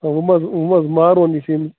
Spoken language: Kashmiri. وۅنۍ مہٕ حظ ونۍں مہٕ حظ مارہون یُس ییٚمۍ